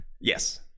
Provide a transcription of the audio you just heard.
Yes